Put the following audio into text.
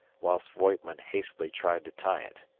whilst voigtman hastily tried to tie it.